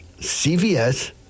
CVS